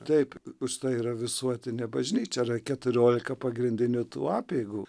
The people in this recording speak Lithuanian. taip užtai yra visuotinė bažnyčia yra keturiolika pagrindinių tų apeigų